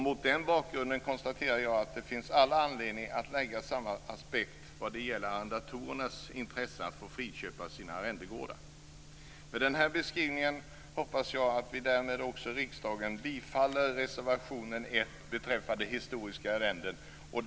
Mot den bakgrunden konstaterar jag att det finns all anledning att lägga samma aspekt på arrendatorernas intresse av att få friköpa sina arrendegårdar. Med denna beskrivning hoppas jag att riksdagen därmed också bifaller reservation 1 beträffande historiska arrenden.